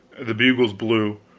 the bugles blew,